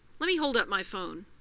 let me hold up my phone.